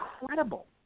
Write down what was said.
incredible